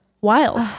wild